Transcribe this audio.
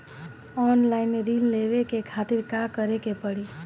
Online ऋण लेवे के खातिर का करे के पड़ी?